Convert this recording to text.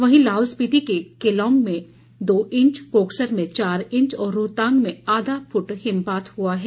वहीं लाहौल स्पिति के केलंग में दो ईच कोकसर में चार ईंच और रोहतांग में आधा फुट हिमपात हुआ है